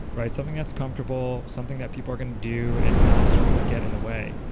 right? something that's comfortable, something that people are going to do and not sort of get in the way.